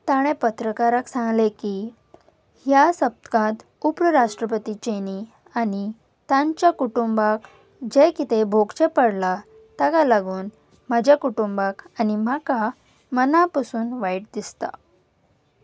ताणें पत्रकाराक सांगले की ह्या सप्तकांत उप्र राष्ट्रपतीचेनी आनी तांच्या कुटुंबाक जें कितें भोगचें पडलां ताका लागून म्हाज्या कुटुंबाक आनी म्हाका मना पसून वायट दिसता